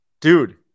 Dude